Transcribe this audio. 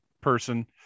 person